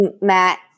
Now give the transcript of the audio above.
Matt